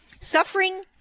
suffering